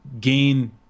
gain